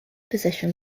position